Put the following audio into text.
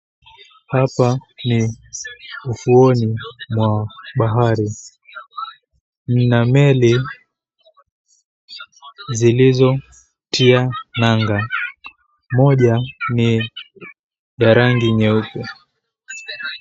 Hapa ni ufuoni mwa bahari. Mna meli zilizotia nanga. Moja ni ya rangi nyeupe.